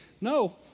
No